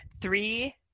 Three